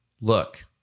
look